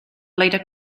later